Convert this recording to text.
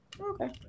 Okay